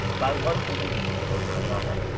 by one human being over another?